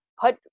put